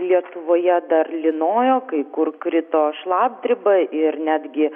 lietuvoje dar lynojo kai kur krito šlapdriba ir netgi